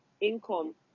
income